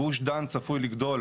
גוש דן צפוי לגדול